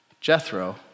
Jethro